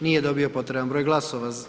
Nije dobio potreban broj glasova.